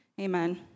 amen